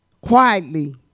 quietly